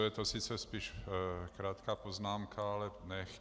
Je to sice spíš krátká poznámka, ale nechť.